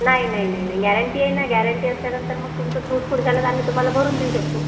नाही नाही नाही नाही गॅरंटी आहे ना गॅरंटी असल्यानंतर मग तुमचं तुटफुट झालं तर आम्ही तुम्हाला भरून देऊ शकतो